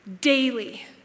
daily